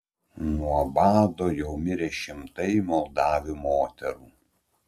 nuo bado jau mirė šimtai moldavių moterų